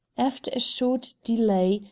after a short delay,